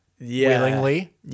willingly